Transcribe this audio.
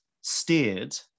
steered